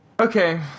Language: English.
Okay